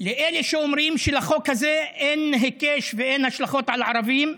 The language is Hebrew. לאלה שאומרים שלחוק הזה אין היקש ואין השלכות על הערבים,